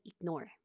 ignore